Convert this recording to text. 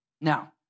Now